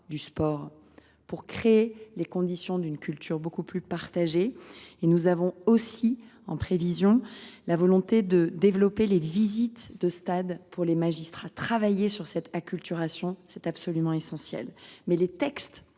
du sport, pour créer les conditions d’une culture bien mieux partagée. Nous avons aussi la volonté de développer les visites de stades par les magistrats. Travailler à cette acculturation est absolument essentiel. Mais les textes